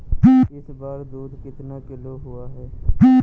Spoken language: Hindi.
इस बार दूध कितना किलो हुआ है?